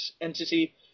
entity